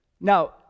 Now